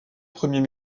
premier